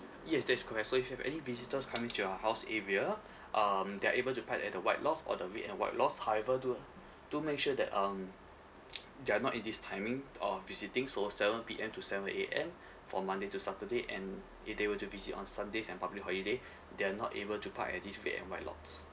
yes that is correct so if you have any visitors coming to your house area um they're able to park at the white lots or the red and white lots however do do make sure that um they're not in this timing of visiting so seven P_M to seven A_M for monday to saturday and if they were to visit on sundays and public holiday they're not able to park at these red and white lots